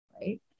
right